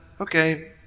Okay